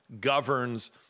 governs